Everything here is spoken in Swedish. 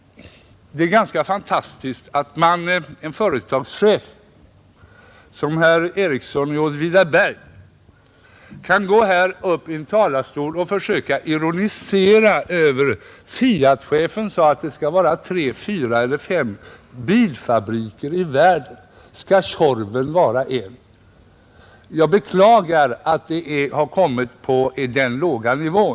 Det är ganska fantastiskt att en företagschef som herr Ericsson i Åtvidaberg kan gå upp i talarstolen här och försöka ironisera över att Fiatchefen sagt att det bara kommer att finnas tre—fyra—fem bilfabriker i världen; skall Tjorven vara en av dem? Jag beklagar att debatten sjunkit till en så låg nivå.